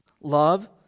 love